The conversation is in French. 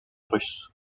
russe